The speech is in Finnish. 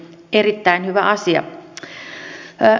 erittäin hyvä asia